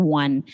one